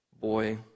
boy